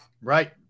Right